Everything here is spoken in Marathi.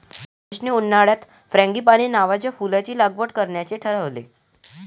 महेशने उन्हाळ्यात फ्रँगीपानी नावाच्या फुलाची लागवड करण्याचे ठरवले